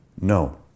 No